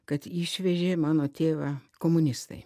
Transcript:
kad išvežė mano tėvą komunistai